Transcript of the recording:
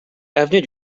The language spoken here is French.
avenue